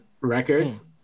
records